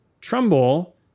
Trumbull